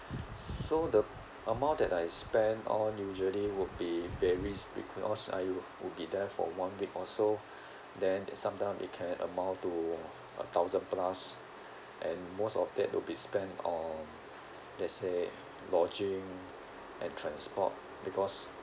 so the amount that I spend on usually would be varies because I would be there for one week or so then sometimes it can amount to a thousand lodging and transport because